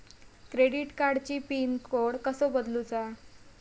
Credit कार्डची pin code कसो बदलुचा?